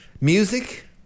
music